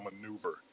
maneuver